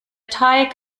teig